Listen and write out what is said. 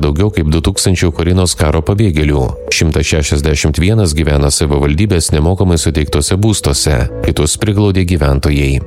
daugiau kaip du tūkstančių ukrainos karo pabėgėlių šimtą šešiasdešimt vienas gyvena savivaldybės nemokamai suteiktuose būstuose kitus priglaudė gyventojai